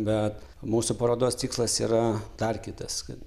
bet mūsų parodos tikslas yra dar kitas kad